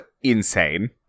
insane